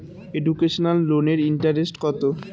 Educational লোনের interest কত?